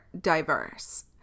diverse